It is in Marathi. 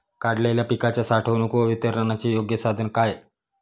काढलेल्या पिकाच्या साठवणूक व वितरणाचे योग्य साधन काय?